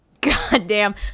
Goddamn